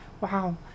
wow